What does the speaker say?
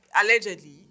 allegedly